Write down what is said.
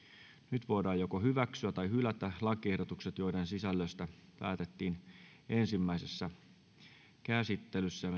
nyt voidaan hyväksyä tai hylätä lakiehdotukset joiden sisällöstä päätettiin ensimmäisessä käsittelyssä